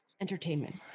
entertainment